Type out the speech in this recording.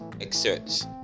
excerpts